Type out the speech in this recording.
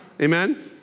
Amen